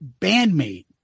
bandmate